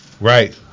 Right